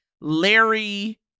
Larry